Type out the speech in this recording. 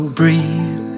breathe